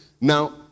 Now